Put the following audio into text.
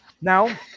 Now